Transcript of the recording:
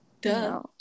Duh